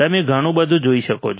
તમે ઘણું બધું જોઈ શકો છો